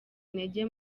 intege